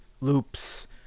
loops